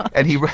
and he